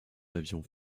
avions